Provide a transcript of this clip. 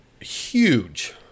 huge